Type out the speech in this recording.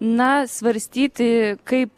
na svarstyti kaip